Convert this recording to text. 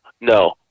No